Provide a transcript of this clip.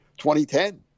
2010